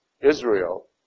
Israel